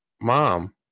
mom